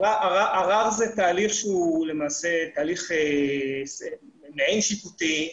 ערר זה תהליך שהוא למעשה הליך מעין שיפוטי.